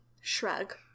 shrug